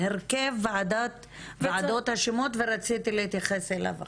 הרכב ועדות השמות ורציתי להתייחס אליו אחר-כך.